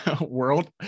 world